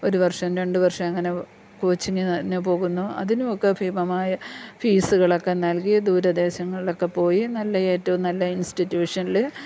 ഒരു വർഷം രണ്ട് വർഷം അങ്ങനെ കോച്ചിങ്ങിന് പോകുന്നു അതിനുമൊക്കെ ഭീമമായ ഫീസുകളൊക്കെ നൽകി ദൂരദേശങ്ങളിലൊക്കെ പോയി നല്ല ഏറ്റവും നല്ല ഇൻസ്റ്റിറ്റ്യൂഷനിൽ